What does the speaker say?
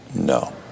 No